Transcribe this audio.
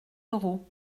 euros